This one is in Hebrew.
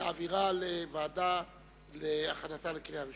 ונעבירו לוועדה להכנתו לקריאה ראשונה.